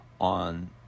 on